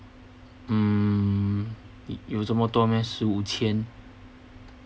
mm 有这么多咩十五千